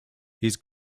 his